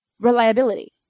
reliability